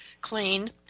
clean